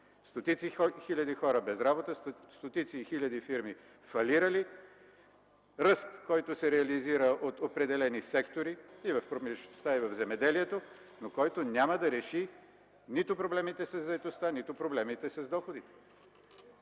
Стотици хиляди хора без работа, стотици хиляди фирми фалирали, ръст, който се реализира от определени сектори в промишлеността и земеделието, но който няма да реши нито проблемите със заетостта, нито проблемите с доходите.